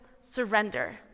surrender